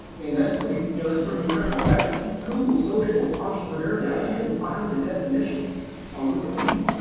and that's pretty yeah that's pretty incredible. in fact, if you google social entrepreneur now, you can find the definition on wikipedia.